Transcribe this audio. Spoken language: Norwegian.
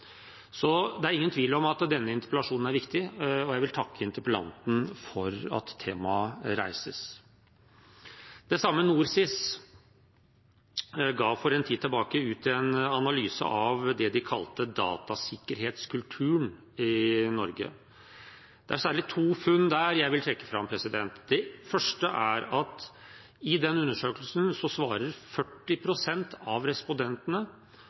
Så det er ingen tvil om at denne interpellasjonen er viktig, og jeg vil takke interpellanten for at temaet reises. Det samme NorSIS ga for en tid tilbake ut en analyse av det de kalte datasikkerhetskulturen i Norge. Det er særlig to funn der jeg vil trekke fram. Det første er at i den undersøkelsen svarer 40 pst. av respondentene